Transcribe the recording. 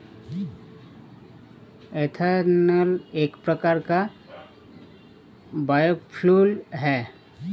ethanol एक प्रकार का बायोफ्यूल है